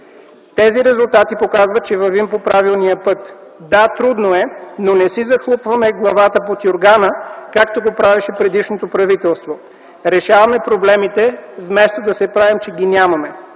Тези резултати показват, че вървим по правилния път. Да, трудно е, но не си захлупваме главата под юргана, както го правеше предишното правителство, решаваме проблемите, вместо да се правим, че ги нямаме.